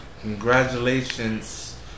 Congratulations